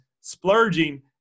splurging